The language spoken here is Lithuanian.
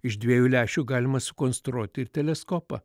iš dviejų lęšių galima sukonstruoti ir teleskopą